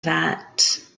that